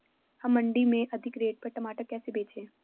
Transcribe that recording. हम मंडी में अधिक रेट पर टमाटर कैसे बेचें?